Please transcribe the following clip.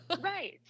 Right